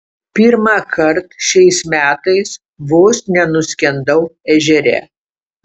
pirmąkart šiais metais vos nenuskendau ežere